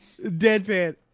deadpan